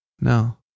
No